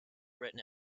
written